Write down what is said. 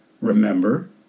remember